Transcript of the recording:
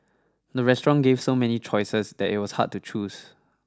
the restaurant gave so many choices that it was hard to choose